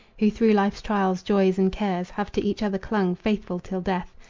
who through life's trials, joys and cares have to each other clung, faithful till death,